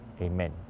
Amen